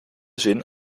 zin